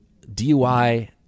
DUI